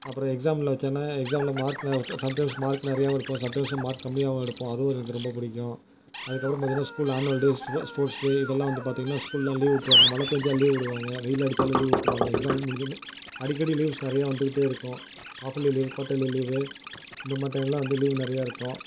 அப்புறம் எக்ஸாம்லாம் வச்சோன்னா எக்ஸாம்ல மார்க் சம்டைம்ஸ் மார்க் நிறையாவும் எடுப்போம் சம்டைம்ஸ் மார்க் கம்மியாகவும் எடுப்போம் அதுவும் எனக்கு ரொம்ப பிடிக்கும் அதுக்கப்புறம் பார்த்திங்கன்னா school annual day sports sports day இதெல்லாம் வந்து பார்த்திங்கன்னா ஸ்கூல்லாம் லீவ் விட்ருவாங்க மழை பேஞ்சால் லீவ் விடுவாங்க வெயில் அடிச்சாலும் லீவ் விட்ருவாங்க எக்ஸாம் முடிஞ்சோடன்னே அடிக்கடி லீவ்ஸ் நிறையா வந்துக்கிட்டே இருக்கும் ஆஃபலி லீவ் குவாட்டலி லீவ் இந்த மாதிரி டைம்ல வந்து லீவ் நிறையா இருக்கும்